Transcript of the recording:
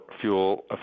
fuel